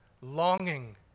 Longing